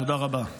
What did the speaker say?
תודה רבה.